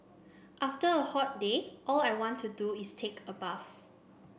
after a hot day all I want to do is take a bath